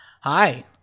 Hi